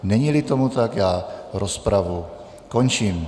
Neníli tomu tak, já rozpravu končím.